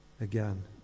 again